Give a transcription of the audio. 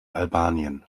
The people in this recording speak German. albanien